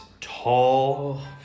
tall